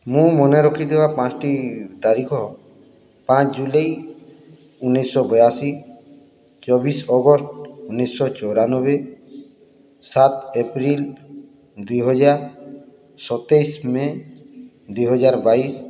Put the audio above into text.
ମୁଁ ମନେରଖିଥିବା ପାଞ୍ଚଟି ତାରିଖ ପାଞ୍ଚ ଜୁଲାଇ ଉଣେଇଶହବୟାଅଶି ଚବିଶ ଅଗଷ୍ଟ ଉଣେଇଶହଚଉରାନବେ ସାତ ଏପ୍ରିଲ ଦୁଇହଜାର ସତେଇଶ ମେ ଦୁଇହଜାରବାଇଶ